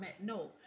no